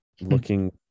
looking